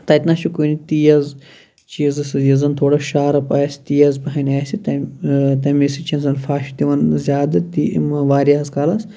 تَتنس چھُ کُنہِ تیز چیٖزٕ سۭتۍ یُس زَن تھوڑا شارٕپ آسہِ تیز پَہنۍ آسہِ تَمہِ تَمے سۭتۍ چھُ زن فَش دوان زِیادٕ تہِ واریاہس کالس